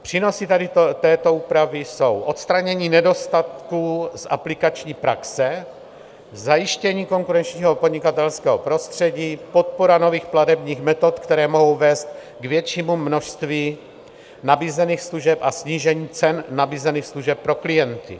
Přínosy tady této úpravy jsou odstranění nedostatků z aplikační praxe, zajištění konkurenčního podnikatelského prostředí, podpora nových platebních metod, které mohou vést k většímu množství nabízených služeb, a snížení cen nabízených služeb pro klienty.